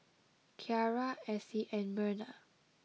Kyara Essie and Myrna